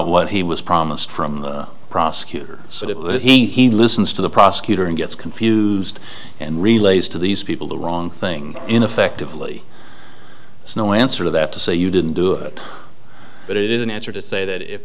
what he was promised from the prosecutor so it was he he listens to the prosecutor and gets confused and relates to these people the wrong thing ineffectively is no answer to that to say you didn't do it but it is an answer to say that if